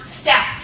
step